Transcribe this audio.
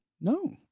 No